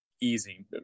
easy